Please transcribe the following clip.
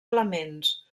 elements